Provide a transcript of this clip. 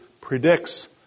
predicts